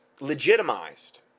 legitimized